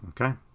Okay